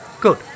Good